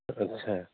اچھا